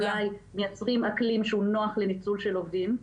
שמייצרים אקלים שהוא נוח לניצול של עובדים.